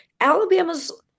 Alabama's